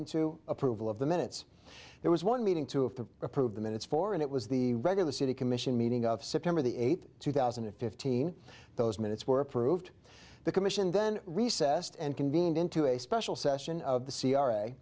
into approval of the minutes there was one meeting to have to approve the minutes for and it was the regular city commission meeting of september the eighth two thousand and fifteen those minutes were approved the commission then recessed and convened into a special session of